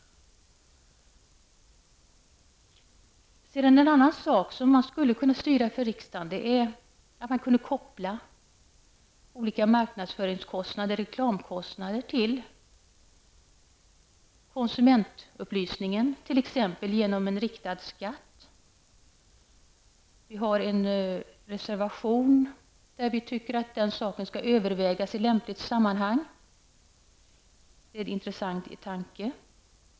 En annan sak som man skulle kunna göra i riksdagen är att man kunde koppla olika marknadsföringskostnader och reklamkostnader till konsumentupplysningen genom t.ex. en riktad skatt. Vi har en reservation där vi tycker att frågan skall övervägas i lämpligt sammanhang. Det är en intressant tanke.